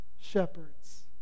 shepherds